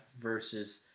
versus